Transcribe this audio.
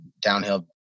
downhill